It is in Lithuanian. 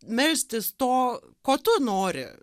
melstis to ko tu nori